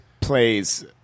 plays